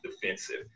defensive